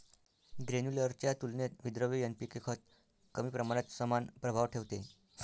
granular च्या तुलनेत विद्रव्य एन.पी.के खत कमी प्रमाणात समान प्रभाव ठेवते